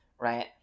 right